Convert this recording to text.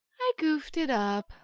i goofed it up.